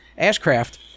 Ashcraft